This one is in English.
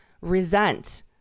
resent